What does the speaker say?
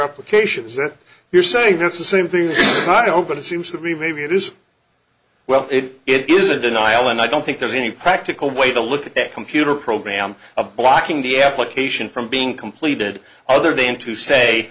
application is that you're saying that's the same thing as not open it seems to be maybe it is well it is a denial and i don't think there's any practical way to look at that computer program a blocking the application from being completed other than to say